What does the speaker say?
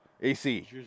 AC